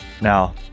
Now